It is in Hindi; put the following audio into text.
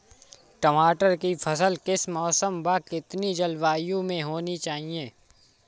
टमाटर की फसल किस मौसम व कितनी जलवायु में होनी चाहिए?